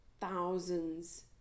thousands